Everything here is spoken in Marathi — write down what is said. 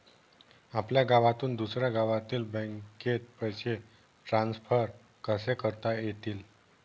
आपल्या गावातून दुसऱ्या गावातील बँकेत पैसे ट्रान्सफर कसे करता येतील?